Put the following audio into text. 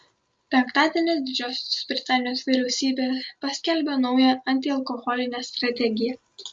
penktadienį didžiosios britanijos vyriausybė paskelbė naują antialkoholinę strategiją